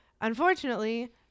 unfortunately